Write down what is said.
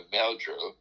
Meldrew